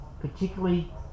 particularly